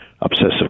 obsessive